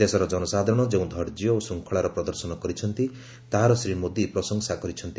ଦେଶର ଜନସାଧାରଣ ଯେଉଁ ଧୈର୍ଯ୍ୟ ଓ ଶୃଙ୍ଖଳାର ପ୍ରଦର୍ଶନ କରିଛନ୍ତି ତାହାର ଶ୍ରୀ ମୋଦି ପ୍ରଶଂସା କରିଛନ୍ତି